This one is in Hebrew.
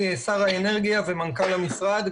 שר האנרגיה ומנכ"ל המשרד,